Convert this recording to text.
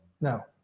No